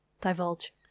divulge